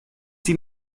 sie